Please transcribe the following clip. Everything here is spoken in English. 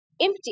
empty